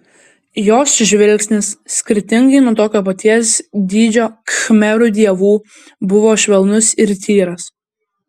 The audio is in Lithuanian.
jos žvilgsnis skirtingai nuo tokio paties dydžio khmerų dievų buvo švelnus ir tyras